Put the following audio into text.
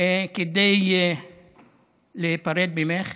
כדי להיפרד ממך.